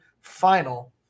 final